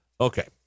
Okay